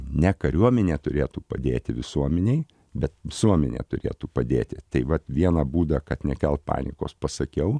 ne kariuomenė turėtų padėti visuomenei bet visuomenė turėtų padėti tai vat vieną būdą kad nekelt panikos pasakiau